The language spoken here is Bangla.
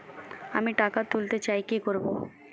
আমি টাকা তুলতে চাই কি করব?